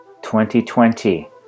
2020